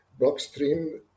Blockstream